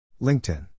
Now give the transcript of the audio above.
LinkedIn